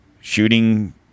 shooting